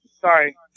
Sorry